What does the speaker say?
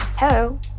Hello